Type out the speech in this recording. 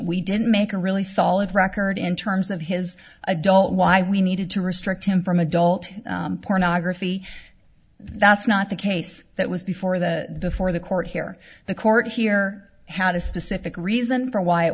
we didn't make a really solid record in terms of his adult why we needed to restrict him from adult pornography that's not the case that was before the before the court here the court here had a specific reason for